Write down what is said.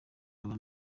aba